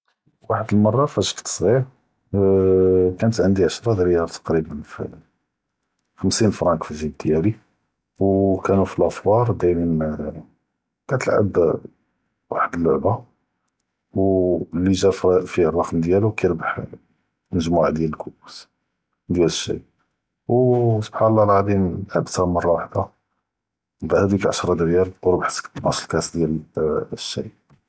וואחד אלמרה פאש כנט סכ’יר אאאה כנת ענדי עשרה דרהם תק’ריבא פ חמ’סין פראנק פאלז’יב דיאלי וכאנו פלאפואר דאירין קטלאעב אאאה וואחד אללועבה ווו לי ג’א פיה אלרקם דיאלו כירבח מז’מוועע דיאל אלכוס דיאל אלשאיי וסובחאן אללה אלעזים לעבאתהא מרה ואחדה בהדאק אלעשרה דרהם ורבחתי ת’נאש קס דיאל שאי.